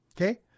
Okay